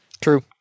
True